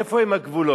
איפה הם הגבולות?